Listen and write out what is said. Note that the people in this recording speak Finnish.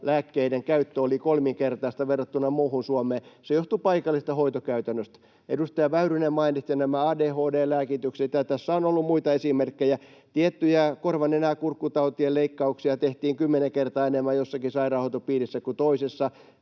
astmalääkkeiden käyttö oli kolminkertaista verrattuna muuhun Suomeen. Se johtui paikallisesta hoitokäytännöstä. Edustaja Väyrynen mainitsi nämä ADHD-lääkitykset, ja tässä on ollut muita esimerkkejä. Tiettyjä korva‑, nenä‑ ja kurkkutautien leikkauksia tehtiin kymmenen kertaa enemmän jossakin sairaanhoitopiirissä kuin toisessa.